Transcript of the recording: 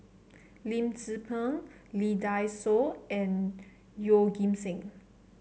Lim Tze Peng Lee Dai Soh and Yeoh Ghim Seng